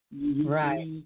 Right